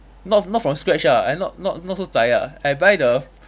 not not from scratch ah I not not not so zai ah I buy the